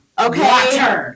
Okay